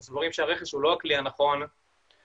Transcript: אנחנו סבורים שהרכש הוא לא הכלי הנכון לשימוש